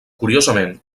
curiosament